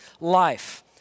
life